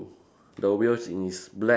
the wheels is black